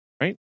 right